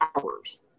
hours